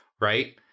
right